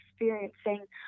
experiencing